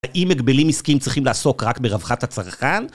האם מגבלים עסקים צריכים לעסוק רק ברווחת הצרכן?